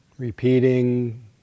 Repeating